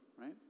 right